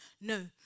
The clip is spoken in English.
No